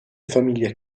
famiglie